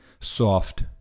soft